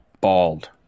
Bald